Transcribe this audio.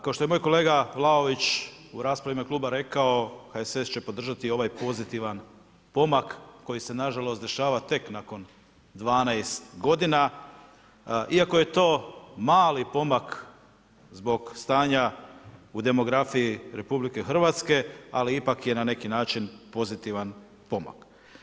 Kao što je moj kolega Vlaović u raspravi u ime kluba rekao HSS će podržati ovaj pozitivan pomak koji se nažalost dešava tek nakon 12 godina, iako je to mali pomak zbog stanja u demografiji RH, ali ipak je na neki način pozitivan pomak.